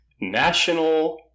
national